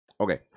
Okay